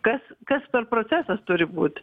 kas kas per procesas turi būt